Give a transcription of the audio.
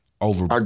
Over